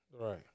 Right